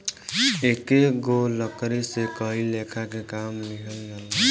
एकेगो लकड़ी से कई लेखा के काम लिहल जाला